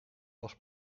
was